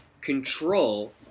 control